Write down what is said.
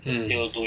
mm